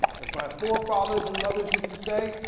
as my forefathers and mothers used to say,